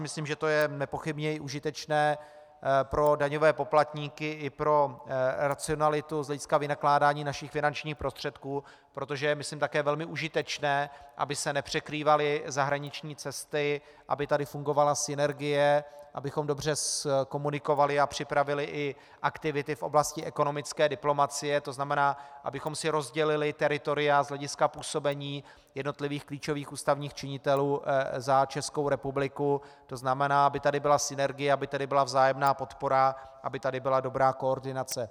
Myslím, že to je nepochybně i užitečné pro daňové poplatníky i pro racionalitu z hlediska vynakládání našich finančních prostředků, protože je také myslím velmi užitečné, aby se nepřekrývaly zahraniční cesty, aby tady fungovala synergie, abychom dobře komunikovali a připravili i aktivity v oblasti ekonomické diplomacie, to znamená, abychom si rozdělili teritoria z hlediska působení jednotlivých klíčových ústavních činitelů za Českou republiku, to znamená, aby tady byla synergie, aby tady byla vzájemná podpora, aby tady bylo dobrá koordinace.